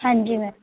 ਹਾਂਜੀ ਮੈਮ